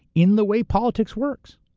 in the way politics works.